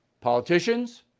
Politicians